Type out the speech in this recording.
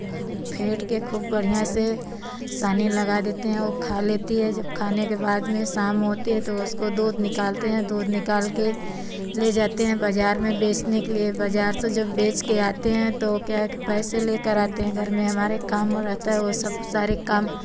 फेंट कर खूब बढ़िया से सानी लगा देते हैं वह खा लेती है जब खाने के बाद में शाम होती है तो उसको दूध निकालते हैं दूध निकालकर ले जाते हैं बाज़ार में बेचने के लिए बाज़ार से जब बेच के आते हैं तो क्या है कि पैसे लेकर आते हैं घर में हमारे काम रहता है वह सब सारे काम